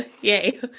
Yay